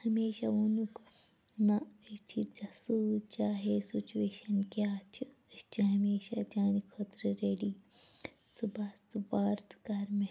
ہمیشہ ووٚنُکھ نَہ أسۍ چھٕے ژےٚ سۭتۍ چاہے سُچویشَن کیٛاہ چھِ أسۍ چھِ ہمیشہ چیٛانہِ خٲطرٕ ریٚڈی ژٕ بَس ژٕ پر ژٕ کَر محنت